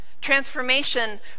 Transformation